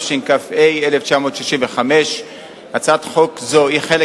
התשכ"ה 1965. הצעת חוק זו היא חלק